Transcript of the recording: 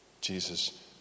Jesus